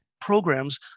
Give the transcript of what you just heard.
programs